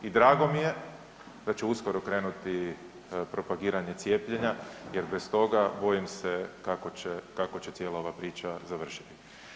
I drago mi je da će uskoro krenuti propagiranje cijepljenja, jer bez toga bojim se kako će cijela ova priča završiti.